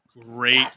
Great